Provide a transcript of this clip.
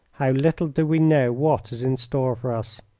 how little do we know what is in store for us!